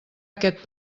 aquest